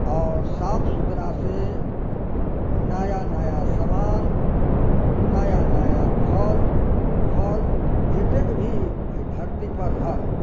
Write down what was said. आओर साफ सुथरासे नया नया समान नया नया फल फल जतेकके भी एहि धरतीपर हइ